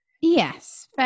Yes